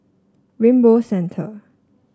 Rainbow Centre